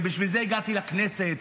ובשביל זה הגעתי לכנסת,